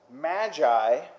Magi